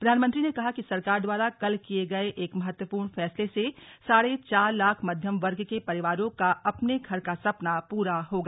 प्रधानमंत्री ने कहा कि सरकार द्वारा कल किये गये एक महत्वपूर्ण फैसले से साढ़े चार लाख मध्यम वर्ग के परिवारों का अपने घर का सपना पूरा होगा